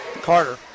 Carter